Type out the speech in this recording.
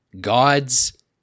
gods